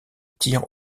tir